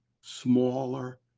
smaller